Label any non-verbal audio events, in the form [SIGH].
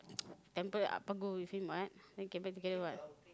[NOISE] temple Appa go with him what then came back together what